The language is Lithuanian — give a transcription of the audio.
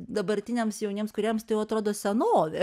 dabartiniams jauniems kūrėjams tai jau atrodo senovė